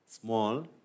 Small